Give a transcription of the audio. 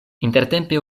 intertempe